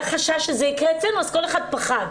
והיה חשש שזה יקרה אצלנו אז כל אחד פחד,